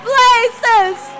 places